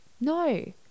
No